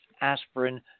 aspirin